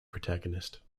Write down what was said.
protagonist